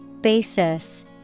Basis